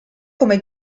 come